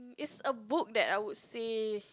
is a book that I would say